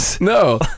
No